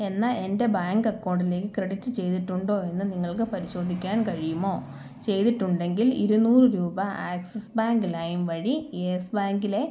എന്ന എൻ്റെ ബാങ്ക് അക്കൗണ്ടിലേക്ക് ക്രെഡിറ്റ് ചെയ്തിട്ടുണ്ടോ എന്ന് നിങ്ങൾക്ക് പരിശോധിക്കാൻ കഴിയുമോ ചെയ്തിട്ടുണ്ടെങ്കിൽ ഇരുനൂറ് രൂപ ആക്സിസ് ബാങ്ക് ലൈം വഴി യെസ് ബാങ്കിലെ